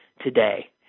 today